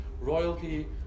royalty